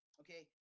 okay